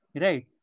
right